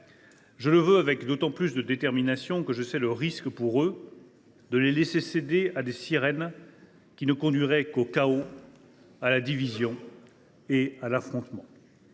Je le veux avec d’autant plus de détermination que je sais quel risque il y aurait pour eux à céder à des sirènes qui ne conduiraient qu’au chaos, à la division et à l’effondrement.